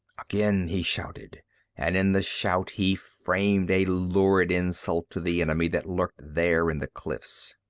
again he shouted and in the shout he framed a lurid insult to the enemy that lurked there in the cliffs.